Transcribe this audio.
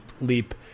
leap